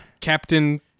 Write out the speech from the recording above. Captain